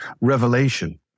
revelation